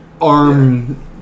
Arm